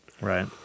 Right